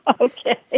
Okay